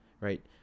right